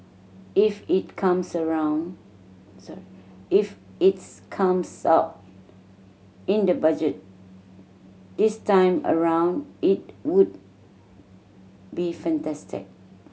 if it comes around sorry if its comes out in the Budget this time around it would be fantastic